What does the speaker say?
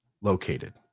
located